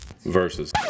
versus